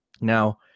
now